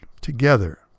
together